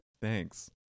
Thanks